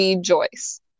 Joyce